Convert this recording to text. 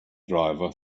driver